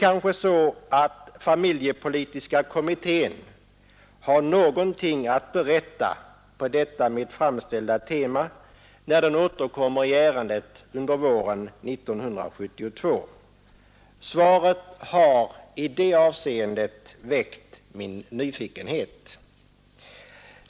Kanske har familjepolitiska kommittén någonting att berätta på detta tema, när den återkommer i ärendet våren 1972. Svaret har i det avseendet väckt min nyfikenhet.